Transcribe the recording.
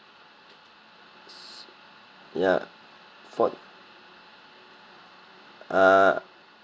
ya for uh